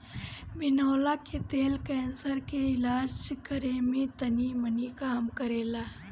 बिनौला के तेल कैंसर के इलाज करे में तनीमनी काम करेला